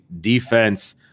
defense